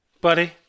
Buddy